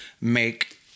make